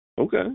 Okay